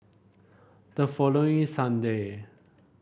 the following Sunday